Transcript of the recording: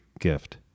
gift